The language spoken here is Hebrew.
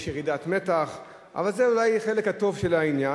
יש ירידת מתח, זה אולי החלק הטוב של העניין.